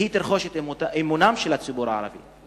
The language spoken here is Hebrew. היא תרכוש את האמון של הציבור הערבי, תודה.